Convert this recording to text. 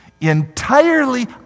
Entirely